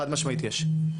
חד משמעית יש,